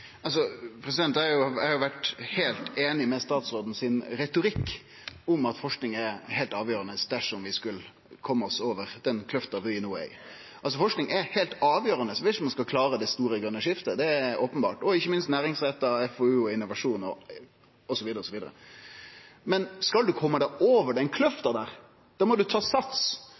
vore heilt einig i retorikken til statsråden om at forsking er heilt avgjerande dersom vi skal kome oss over den kløfta vi no er i. Forsking er heilt avgjerande viss ein skal klare det store grøne skiftet, det er openbert, og ikkje minst næringsretta FOU, innovasjon osv. Skal ein kome seg over den kløfta, må ein ta sats.